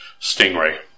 Stingray